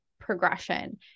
progression